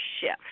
shift